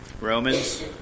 Romans